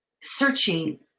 searching